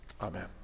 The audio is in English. Amen